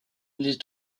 les